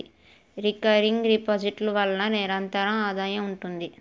recurring deposit ల వలన నిరంతర ఆదాయం ఉంటుంది